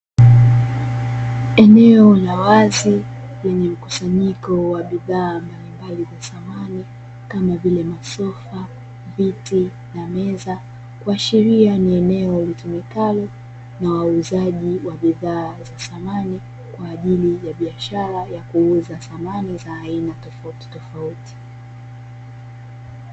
Eneo la wazi lenye mkusanyiko wa bidhaa mbalimbali za samani kama vile: masofa, viti na meza kuashiria ni eneo litumikalo na wauzaji wa bidhaa za samani kwa ajili ya bishara ya kuuza samani za aina tofauti tofauti.